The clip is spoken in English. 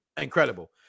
incredible